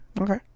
okay